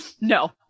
no